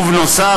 ובנוסף,